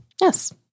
Yes